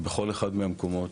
בכל אחד מהמקומות,